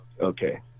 Okay